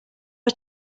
are